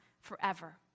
forever